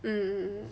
mm mm mm